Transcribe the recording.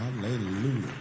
Hallelujah